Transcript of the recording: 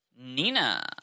Nina